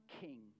king